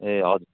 ए हजुर